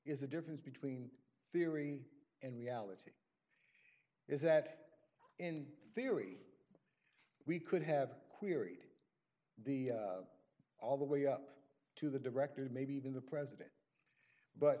is the difference between theory and reality is that in theory we could have queried the all the way up to the director maybe even the president but